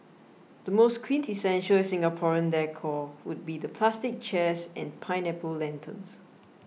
the most quintessential Singaporean decor would be the plastic chairs and pineapple lanterns